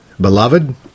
Beloved